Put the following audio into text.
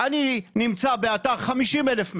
אני נמצא באתר 50 אלף מטר,